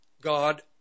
God